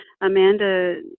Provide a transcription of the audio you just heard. amanda